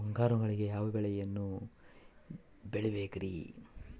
ಮುಂಗಾರು ಮಳೆಗೆ ಯಾವ ಬೆಳೆಯನ್ನು ಬೆಳಿಬೇಕ್ರಿ?